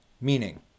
meaning